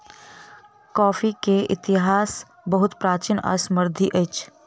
coffee के इतिहास बहुत प्राचीन आ समृद्धि अछि